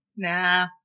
Nah